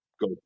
go